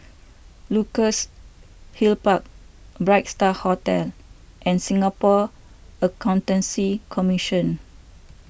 Luxus Hill Park Bright Star Hotel and Singapore Accountancy Commission